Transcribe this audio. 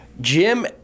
Jim